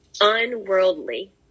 unworldly